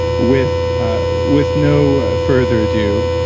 with with no further ado,